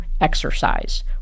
exercise